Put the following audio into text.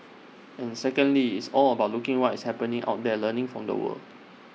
and secondly it's all about looking what's happening out there learning from the world